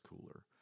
cooler